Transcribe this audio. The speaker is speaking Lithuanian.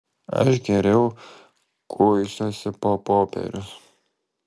aš geriau kuisiuosi po popierius